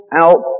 out